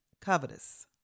covetous